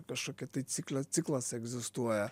kažkokia tai cikle ciklas egzistuoja